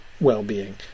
well-being